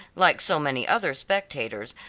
like so many other spectators,